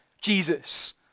Jesus